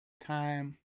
Time